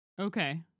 Okay